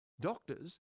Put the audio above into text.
doctors